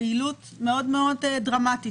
היא פעילות מאוד דרמטית.